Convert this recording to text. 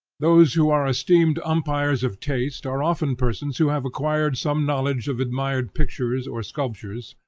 those who are esteemed umpires of taste are often persons who have acquired some knowledge of admired pictures or sculptures,